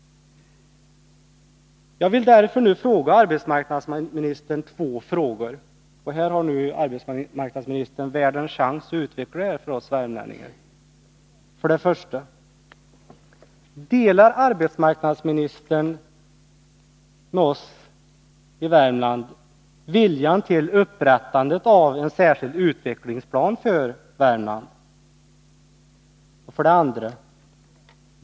Jag vill således ställa två frågor till arbetsmarknadsministern, som nu har bästa tänkbara chans att utveckla sina synpunkter för oss värmlänningar: 1. Är arbetsmarknadsministern, liksom vi i Värmland, beredd att satsa på upprättandet av en särskild utvecklingsplan för Värmland? 2.